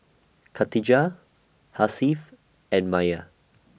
Khatijah Hasif and Maya